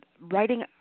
writing